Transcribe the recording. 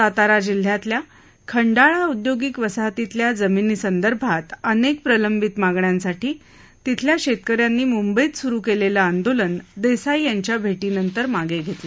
सातारा जिल्ह्यातल्या खंडाळा औद्योगिक वासहतीतल्या जमिनीसंदर्भात अनेक प्रलंबित मागण्यांसाठी तिथल्या शेतकऱ्यांनी मुंबईत सुरु केलेलं आंदोलन देसाई यांच्या भेटीनंतर मागं घेतलं